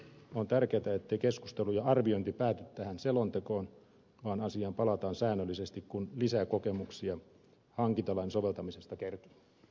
on tärkeätä ettei keskustelu ja arviointi pääty tähän selontekoon vaan asiaan palataan säännöllisesti kun lisää kokemuksia hankintalain soveltamisesta kertyy